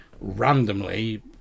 randomly